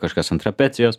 kažkas ant trapecijos